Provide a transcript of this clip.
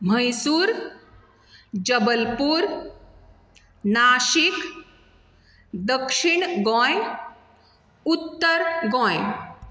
म्हैसूर जबलपूर नाशीक दक्षीण गोंय उत्तर गोंय